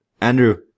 Andrew